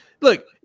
Look